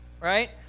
right